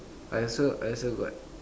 I also I also got